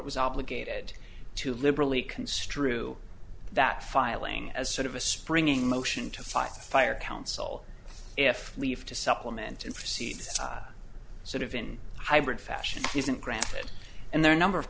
was obligated to liberally construe that filing as sort of a springing motion to fight fire counsel if leave to supplement and proceed sort of in hybrid fashion isn't granted and there are a number of